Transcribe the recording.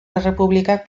errepublikak